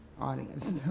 audience